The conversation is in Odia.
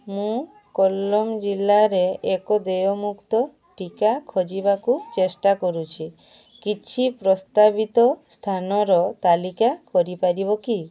ମୁଁ କୋଲ୍ଲମ୍ ଜିଲ୍ଲାରେ ଏକ ଦେୟମୁକ୍ତ ଟିକା ଖୋଜିବାକୁ ଚେଷ୍ଟା କରୁଛି କିଛି ପ୍ରସ୍ତାବିତ ସ୍ଥାନର ତାଲିକା କରିପାରିବ କି